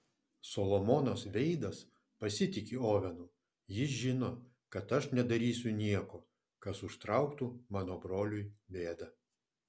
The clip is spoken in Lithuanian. solomonas veidas pasitiki ovenu jis žino kad aš nedarysiu nieko kas užtrauktų mano broliui bėdą